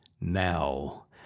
now